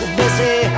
busy